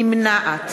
נמנעת